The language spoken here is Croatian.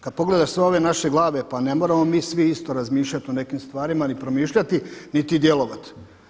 Kada pogledaš sve ove naše glave pa ne moramo mi svi isto razmišljati o nekim stvarima ni promišljati niti djelovati.